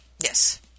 Yes